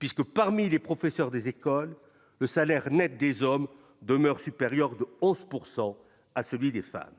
puisque parmi les professeurs des écoles, le salaire Net des hommes demeurent supérieurs de hausse pourcent à celui des femmes,